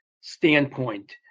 standpoint